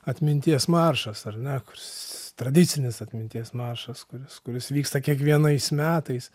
atminties maršas ar ne kuris tradicinis atminties maršas kuris kuris vyksta kiekvienais metais